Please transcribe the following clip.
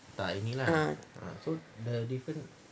ah